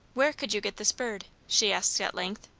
where could you get this bird? she asked at length,